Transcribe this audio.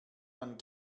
man